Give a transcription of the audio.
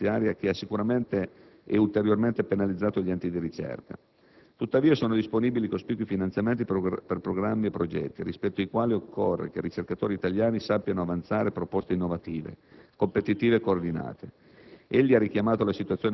che hanno imposto una manovra finanziaria che ha sicuramente e ulteriormente penalizzato gli enti di ricerca. Tuttavia, sono disponibili cospicui finanziamenti per programmi e progetti, rispetto ai quali occorre che i ricercatori italiani sappiano avanzare proposte innovative, competitive e coordinate.